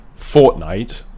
Fortnite